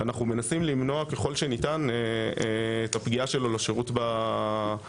כשאנחנו מנסים למנוע ככל שניתן את הפגיעה שלו בשירות לאזרח.